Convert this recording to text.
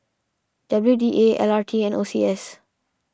W D A L R T and O C S